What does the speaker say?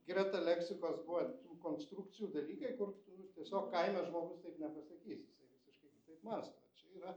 greta leksikos buvo ir tų konstrukcijų dalykai kur tu tiesiog kaime žmogus taip nepasakys jisai visiškai kitaip mąsto o čia yra